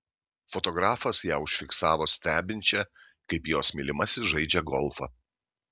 fotografas ją užfiksavo stebinčią kaip jos mylimasis žaidžią golfą